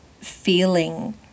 feeling